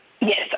Yes